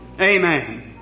Amen